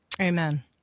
Amen